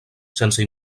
sense